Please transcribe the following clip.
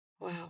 wow